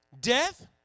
Death